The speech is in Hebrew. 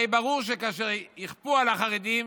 הרי ברור שכאשר יכפו על החרדים,